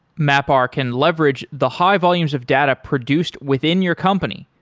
mapr can leverage the high volumes of data produced within your company.